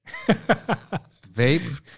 Vape